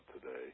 today